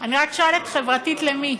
אני רק שואלת: חברתית למי?